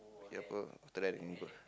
yeah after that can go